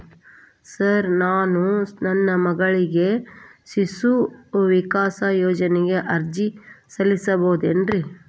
Sir ನಾನು ನನ್ನ ಮಗಳಿಗೆ ಶಿಶು ವಿಕಾಸ್ ಯೋಜನೆಗೆ ಅರ್ಜಿ ಸಲ್ಲಿಸಬಹುದೇನ್ರಿ?